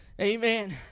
Amen